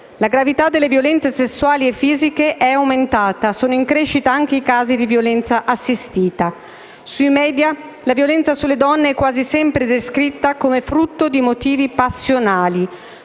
La gravità delle violenze sessuali e fisiche è aumentata e sono in crescita anche i casi di violenza assistita. Sui media la violenza sulle donne è quasi sempre descritta come frutto di motivi passionali,